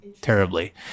terribly